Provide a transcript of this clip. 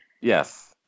Yes